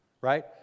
Right